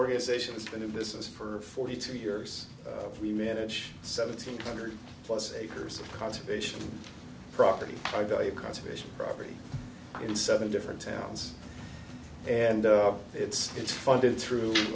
organization has been in business for forty two years we manage seventeen hundred plus acres of conservation property value conservation property in seven different towns and it's funded through